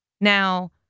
Now